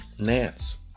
Nance